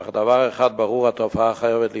אך דבר אחד ברור: התופעה חייבת להיפסק,